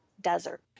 desert